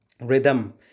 rhythm